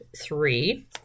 three